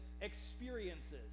experiences